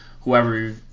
whoever